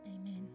Amen